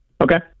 Okay